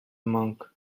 monk